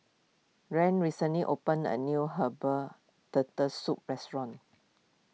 Rhys Recently opened a new Herbal Turtle Soup restaurant